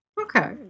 Okay